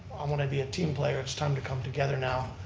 i want to be a team player. it's time to come together now,